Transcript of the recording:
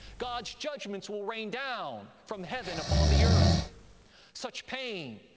god's judgments will rain down from heaven upon the earth such pain,